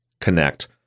connect